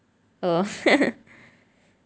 uh